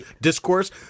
discourse